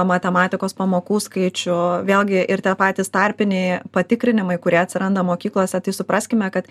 matematikos pamokų skaičių vėlgi ir tie patys tarpiniai patikrinimai kurie atsiranda mokyklose tai supraskime kad